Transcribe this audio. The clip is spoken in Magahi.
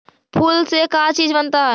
फूल से का चीज बनता है?